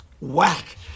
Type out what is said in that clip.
Whack